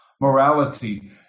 morality